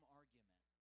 argument